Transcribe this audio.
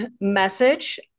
message